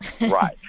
Right